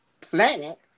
planet